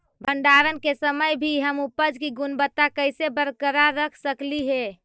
भंडारण के समय भी हम उपज की गुणवत्ता कैसे बरकरार रख सकली हे?